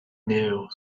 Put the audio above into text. knew